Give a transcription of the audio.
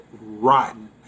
rotten